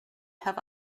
have